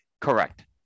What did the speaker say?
Correct